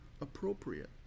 appropriate